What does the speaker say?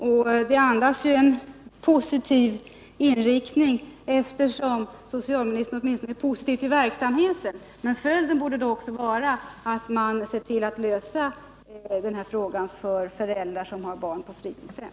Svaret andas en positiv inriktning eftersom socialministern åtminstone är positiv till verksamheten. Men följden borde då också vara att han ser till att lösa frågan för föräldrar som har barn på fritidshem.